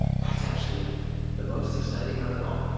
that's actually the most exciting of it all.